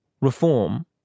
reform